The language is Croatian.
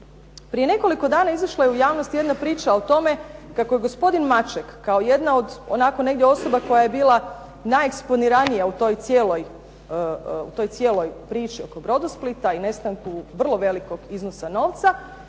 Prije nekoliko dana izišla je u javnost jedna priča o tome, kako je gospodin Maček kao jedna od onako negdje osoba koja je bila najeksponiranija u toj cijeloj priči oko Brodosplita i nestanku vrlo velikog iznosa novca,